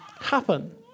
happen